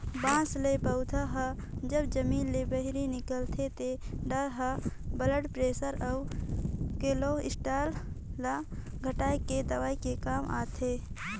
बांस ले पउधा हर जब जमीन ले बहिरे निकलथे ते डार हर ब्लड परेसर अउ केलोस्टाल ल घटाए के दवई के काम आथे